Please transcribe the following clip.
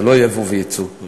זה לא יבוא ויצוא,